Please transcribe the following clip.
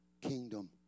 kingdom